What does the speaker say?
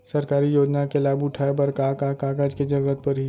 सरकारी योजना के लाभ उठाए बर का का कागज के जरूरत परही